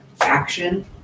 action